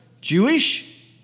Jewish